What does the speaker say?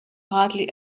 hardly